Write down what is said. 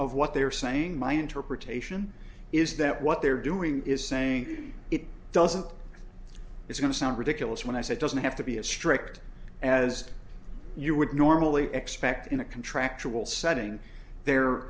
of what they are saying my interpretation is that what they're doing is saying it doesn't it's going to sound ridiculous when i said doesn't have to be a strict as you would normally expect in a contractual setting there